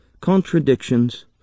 contradictions